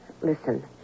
Listen